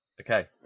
Okay